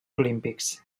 olímpics